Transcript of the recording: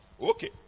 Okay